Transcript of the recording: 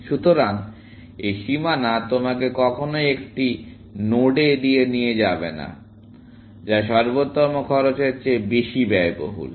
সুতরাং এই সীমানা তোমাকে কখনই একটি নোডে নিয়ে যাবে না যা সর্বোত্তম খরচের চেয়ে বেশি ব্যয়বহুল